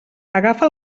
agafa